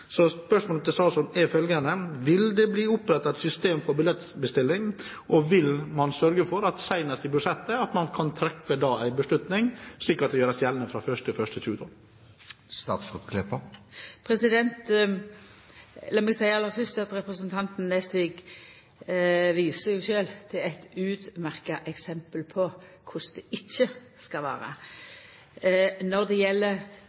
Så spørsmålet til statsråden er følgende: Vil det bli opprettet et system for billettbestilling? Og vil man sørge for at man senest i budsjettet kan treffe en beslutning, slik at det gjøres gjeldende fra 1. januar 2012? Lat meg aller fyrst seia at representanten Nesvik sjølv viser til eit utmerkt eksempel på korleis det ikkje skal vera. Når det